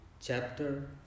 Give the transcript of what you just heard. Chapter